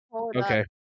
Okay